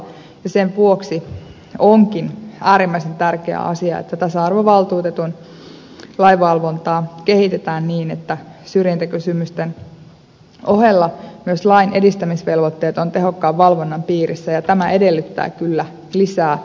sen vuoksi onkin äärimmäisen tärkeä asia että tasa arvovaltuutetun lainvalvontaa kehitetään niin että syrjintäkysymysten ohella myös lain edistämisvelvoitteet ovat tehokkaan valvonnan piirissä ja tämä edellyttää kyllä lisää henkilöstöresursseja